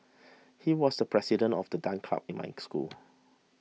he was the president of the dance club in my school